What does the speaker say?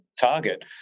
target